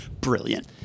brilliant